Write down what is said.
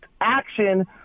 action